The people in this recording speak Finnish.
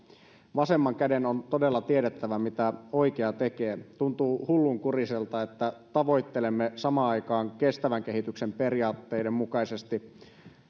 vasemman käden on todella tiedettävä mitä oikea tekee tuntuu hullunkuriselta että tavoittelemme kestävän kehityksen periaatteiden mukaisesti